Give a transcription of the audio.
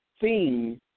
theme